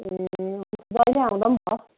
ए जहिले आउँदा पनि भयो